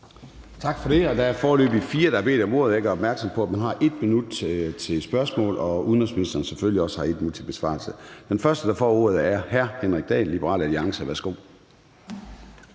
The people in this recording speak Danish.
Tak for det. Der er foreløbig fire, der har bedt om ordet. Jeg gør opmærksom på, at man har 1 minut til spørgsmål, og udenrigsministeren har selvfølgelig også 1 minut til besvarelse. Den første, der får ordet, er hr. Henrik Dahl, Liberal Alliance. Værsgo.